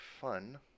fun